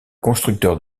constructeur